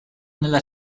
nella